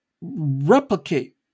replicate